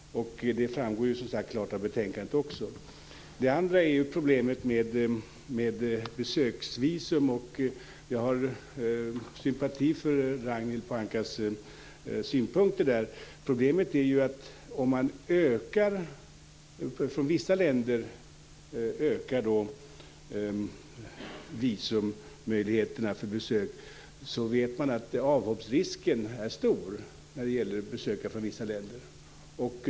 Det framgår som sagt också klart av betänkandet. Det andra gäller problemet med besöksvisum. Jag har sympati för Ragnhild Pohankas synpunkter där. Problemet är ju att om man från vissa länder ökar möjligheterna till visum för besök så vet man att avhoppsrisken är stor när det gäller besökare från vissa länder.